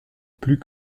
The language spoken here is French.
plus